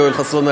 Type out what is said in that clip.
יואל חסון,